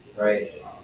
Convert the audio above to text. Right